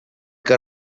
que